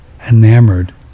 enamored